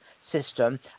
System